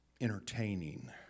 entertaining